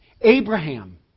Abraham